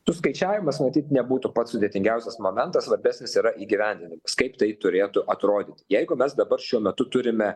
suskaičiavimas matyt nebūtų pats sudėtingiausias momentas svarbesnis yra įgyvendinimas kaip tai turėtų atrodyti jeigu mes dabar šiuo metu turime